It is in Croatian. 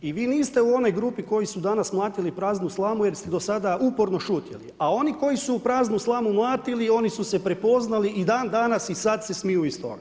I vi niste u onoj grupi koji su danas mlatili praznu slamu jer ste do sada uporno šutjeli a oni koji su praznu slamu mlatili, oni su se prepoznali i dandanas i sad se smiju iz toga.